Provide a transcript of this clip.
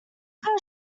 car